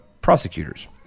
prosecutors